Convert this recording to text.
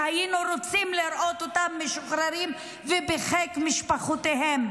שהיינו רוצים לראות אותם משוחררים ובחיק משפחותיהם.